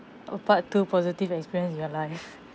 oh part two positive experience in your life